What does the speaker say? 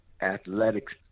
athletics